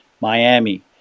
Miami